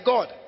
God